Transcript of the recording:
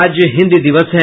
आज हिन्दी दिवस है